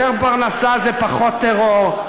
יותר פרנסה זה פחות טרור.